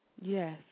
Yes